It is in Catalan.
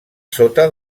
sota